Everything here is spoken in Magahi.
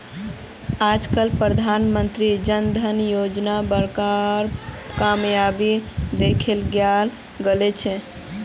आज तक प्रधानमंत्री जन धन योजनार बड़का कामयाबी दखे लियाल गेलछेक